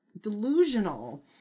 delusional